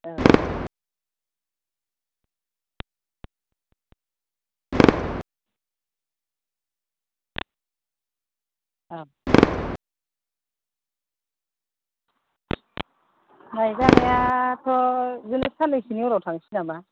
औ औ ओं नायजानायाथ' बिदिनो साननैसोनि उनाव थांसै नामा